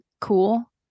cool